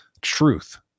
Truth